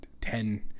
ten